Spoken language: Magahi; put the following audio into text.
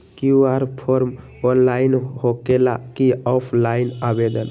कियु.आर फॉर्म ऑनलाइन होकेला कि ऑफ़ लाइन आवेदन?